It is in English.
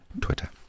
Twitter